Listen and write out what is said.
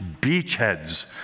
beachheads